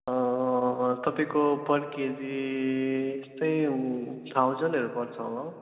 तपाईँको पर केजी चाहिँ थाउजन्डहरू पर्छ होला हौ